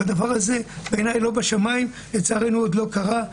הדבר הזה לא בשמיים, בעיניי, ולצערנו עוד לא קרה.